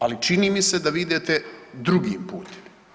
Ali čini mi se da vi idete drugim putem.